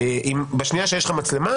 בשנייה שיש לך מצלמה,